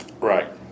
right